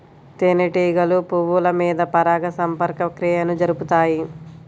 తేనెటీగలు పువ్వుల మీద పరాగ సంపర్క క్రియను జరుపుతాయి